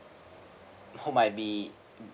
who might be